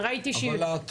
בעטה, ראיתי אותה.